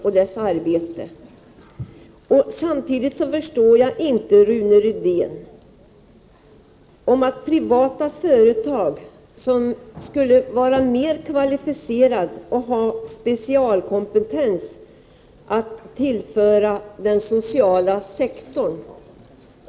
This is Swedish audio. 83 Inte heller förstår jag Rune Rydéns resonemang att privata företag skulle vara mera kvalificerade och ha specialkompetens att tillföra den sociala sektorn.